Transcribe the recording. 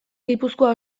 gipuzkoa